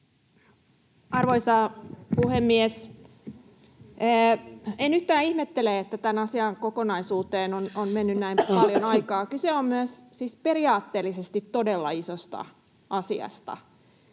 Arvoisa puhemies! En yhtään ihmettele, että tämän asian kokonaisuuteen on mennyt näin paljon aikaa. Kyse on myös siis periaatteellisesti todella isosta asiasta,